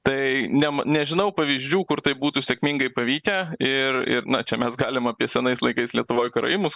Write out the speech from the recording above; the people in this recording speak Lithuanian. tai nem nežinau pavyzdžių kur tai būtų sėkmingai pavykę ir ir na čia mes galim apie senais laikais lietuvoj karaimus